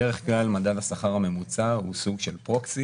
בדרך כלל מדד השכר הממוצע הוא סוג של פרוקסי